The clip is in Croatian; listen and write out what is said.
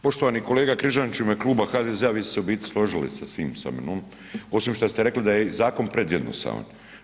Poštovani kolega Križanić, u ime Kluba HDZ-a vi ste se u biti složili sa svim sa menom, osim šta ste rekli da je zakon prejednostavan.